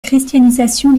christianisation